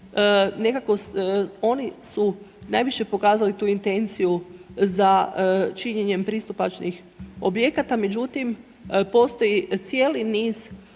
oni su najviše pokazali tu intenciju za činjenjem pristupačnih objekata, međutim, postoji cijeli niz pravnih